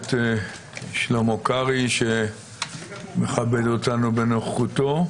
הכנסת שלמה קרעי שמכבד אותנו בנוכחותו.